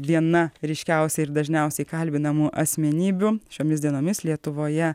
viena ryškiausių ir dažniausiai kalbinamų asmenybių šiomis dienomis lietuvoje